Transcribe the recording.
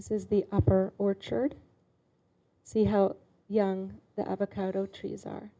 this is the upper orchard see how young the avocado trees are